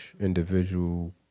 individual